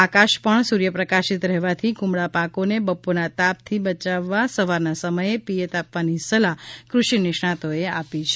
આકાશ પણ સૂર્યપ્રકાશિત રહેવાથી કુમળા પાકોને બપોરના તાપથી બચાવવા સવારના સમયે પિયત આપવાની સલાહ કૃષિ નિષ્ણાંતોએ આપી છે